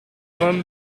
vingt